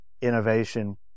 innovation